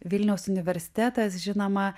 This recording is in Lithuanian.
vilniaus universitetas žinoma